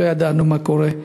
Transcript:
לא ידענו מה קורה,